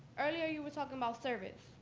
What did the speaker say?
earlier you were talking about service,